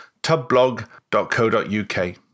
tubblog.co.uk